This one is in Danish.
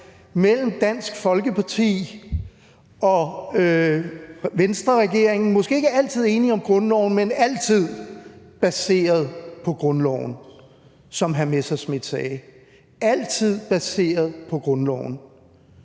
mellem Dansk Folkeparti og Venstreregeringen. Måske var der ikke altid enighed om grundloven, men det var altid baseret på grundloven, som hr. Morten Messerschmidt sagde – altid baseret på grundloven.